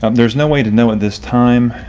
um there's no way to know at this time,